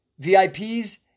VIPs